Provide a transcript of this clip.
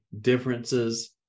differences